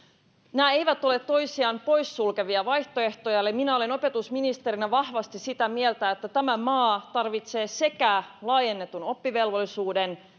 nämä eivät ole toisiaan pois sulkevia vaihtoehtoja eli minä olen opetusministerinä vahvasti sitä mieltä että tämä maa tarvitsee sekä laajennetun oppivelvollisuuden